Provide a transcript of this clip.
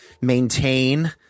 maintain